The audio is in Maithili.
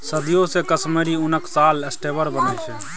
सदियों सँ कश्मीरी उनक साल, स्वेटर बनै छै